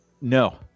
No